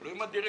אלוהים אדירים,